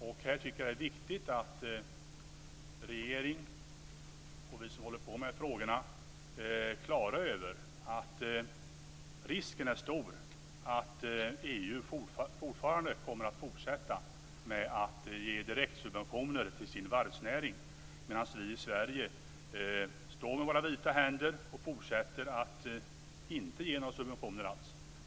Här tycker jag att det är viktigt att regeringen och vi som håller på med frågorna är klara över att risken är stor att EU kommer att fortsätta med att ge direktsubventioner till sin varvsnäring, medan vi i Sverige står med våra vita händer och fortsätter att inte ge några subventioner alls.